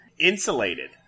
insulated